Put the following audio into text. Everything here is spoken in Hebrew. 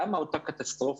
למה אותה קטסטרופה,